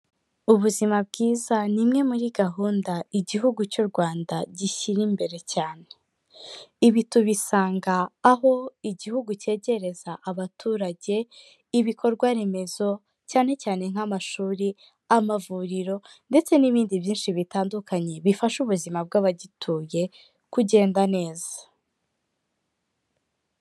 Ubuzima bwiza ni imwe muri gahunda igihugu cy'u Rwanda gishyira imbere cyane. Ibi tubisanga aho igihugu cyegereza abaturage ibikorwa remezo cyane cyane nk'amashuri, amavuriro ndetse n'ibindi byinshi bitandukanye, bifasha ubuzima bw'abagituye kugenda neza.